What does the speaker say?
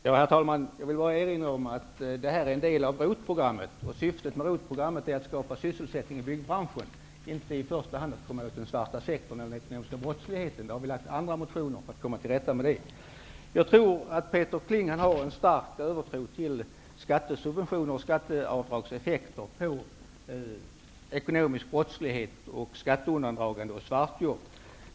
Herr talman! Jag vill bara erinra om att detta förslag är en del av ROT-programmet. Syftet med ROT-programmet är att skapa sysselsättning i byggbranschen och inte i första hand att komma åt den svarta sektorn eller den ekonomiska brottsligheten. Vi har väckt andra motioner för att komma till rätta med dessa problem. Peter Kling har en stark övertro till skattesubventioner och skatteavdragseffekter för att komma åt ekonomisk brottslighet, skatteundandraganden och svartjobb.